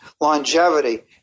Longevity